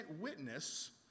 witness